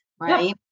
right